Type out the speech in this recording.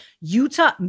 Utah